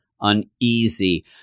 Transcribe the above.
uneasy